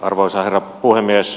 arvoisa herra puhemies